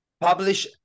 publish